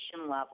level